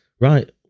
right